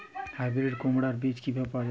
Hybrid কুমড়ার বীজ কি পাওয়া য়ায়?